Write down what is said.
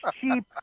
cheap